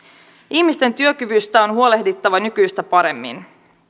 ihmisten työkyvystä on huolehdittava nykyistä paremmin